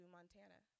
Montana